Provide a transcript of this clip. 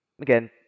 Again